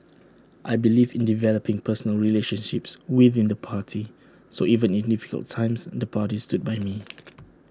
I believe in developing personal relationships within the party so even in difficult times the party stood by me